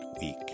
week